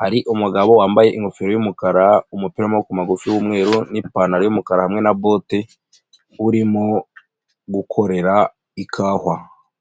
Hari umugabo wambaye ingofero y'umukara umupira wa maboko magufi w'umweru n'ipantaro y'umukara hamwe na bote urimo gukorera ikawa.